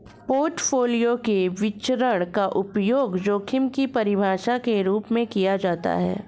portfolio के विचरण का उपयोग जोखिम की परिभाषा के रूप में किया जाता है